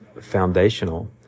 foundational